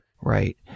Right